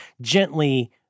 gently